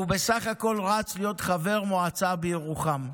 הוא בסך הכול רץ להיות חבר מועצה בירוחם,